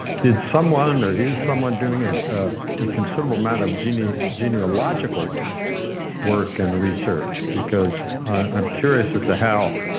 did someone or is someone doing a ah considerable amount of genealogical work and research, because i'm curious as to how